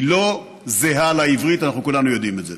היא לא זהה לעברית, אנחנו כולנו יודעים את זה.